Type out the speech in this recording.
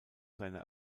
seine